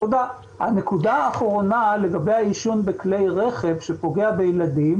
הנקודה האחרונה היא לגבי העישון בכלי רכב שפוגע בילדים.